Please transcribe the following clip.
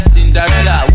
Cinderella